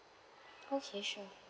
okay sure